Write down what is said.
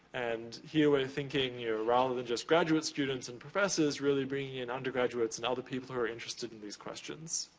and here, we're thinking, yeah rather than just graduate students and professors, really bringing in undergraduates and other people who are interested in these questions.